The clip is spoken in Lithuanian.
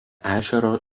ežero